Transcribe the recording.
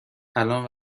الآن